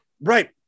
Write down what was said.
Right